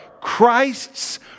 Christ's